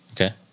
Okay